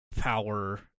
power